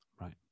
right